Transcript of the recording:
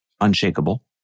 unshakable